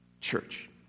church